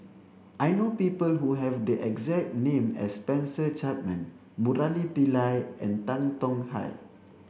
I know people who have the exact name as Spencer Chapman Murali Pillai and Tan Tong Hye